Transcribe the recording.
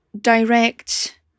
direct